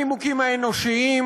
הנימוקים האנושיים,